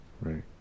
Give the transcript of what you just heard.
right